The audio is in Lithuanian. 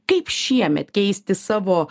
kaip šiemet keisti savo